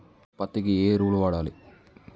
పత్తి కి ఏ ఎరువులు వాడాలి?